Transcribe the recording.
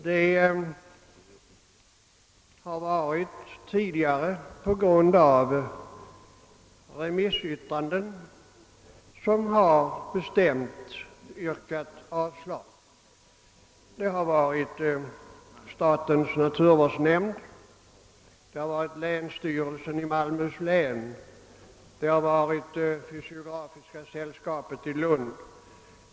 Detta har skett på grund av remissyttranden, vilka bestämt yrkat avslag. Bland dessa remissinstanser har funnits statens naturvårdsnämnd, länsstyrelsen i Malmöhus län och Fysiografiska sällskapet i Lund.